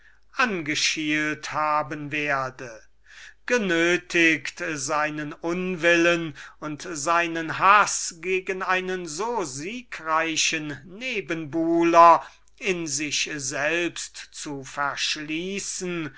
angeschielt haben werde genötigt seinen unwillen und haß gegen einen so siegreichen nebenbuhler in sich selbst zu verschließen